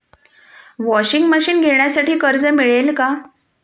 Washing machine घेण्यासाठी कर्ज मिळेल का?